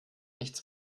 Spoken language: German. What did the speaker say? nichts